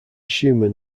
schumann